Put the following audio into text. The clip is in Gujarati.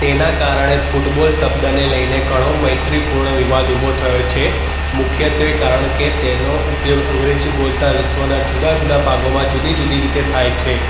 તેના કારણે ફૂટબોલ શબ્દને લઈને ઘણો મૈત્રીપૂર્ણ વિવાદ ઊભો થયો છે મુખ્યત્ત્વે કારણ કે તેનો ઉપયોગ અંગ્રેજી બોલતા વિશ્વના જુદા જુદા ભાગોમાં જુદી જુદી રીતે થાય છે